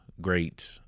great